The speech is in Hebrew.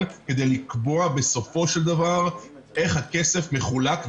כדי לקבוע בסופו של דבר מה המנגנון ואיך הכסף מחולק,